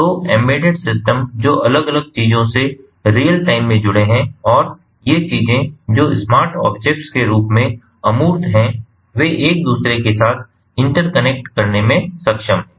तो embedded system जो अलग अलग चीजों से रियल टाइम में जुड़े हैं और ये चीजें जो स्मार्ट ऑब्जेक्ट्स के रूप में अमूर्त हैं वे एक दूसरे के साथ इंटरकनेक्ट करने में सक्षम है